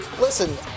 listen